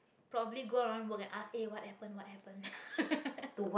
probably go around work and ask eh what happen what happen